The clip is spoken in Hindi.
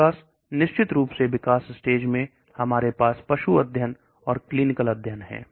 विकास निश्चित रूप से विकास स्टेज में हमारे पास पशु अध्ययन और क्लीनिकल अध्ययन है